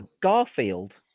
Garfield